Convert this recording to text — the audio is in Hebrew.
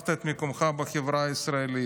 שהרווחת את מקומך בחברה הישראלית,